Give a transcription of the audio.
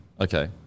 Okay